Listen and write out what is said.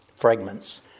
fragments